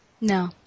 No